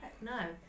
No